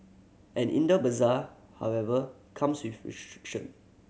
an indoor bazaar however comes with